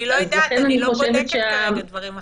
אני לא יודעת, אני לא בודקת כרגע דברים אחרים.